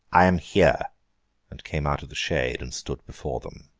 i am here and came out of the shade and stood before them.